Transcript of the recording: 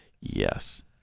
Yes